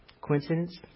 coincidence